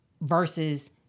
versus